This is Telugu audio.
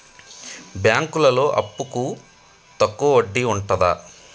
బ్యాంకులలో అప్పుకు తక్కువ వడ్డీ ఉంటదా?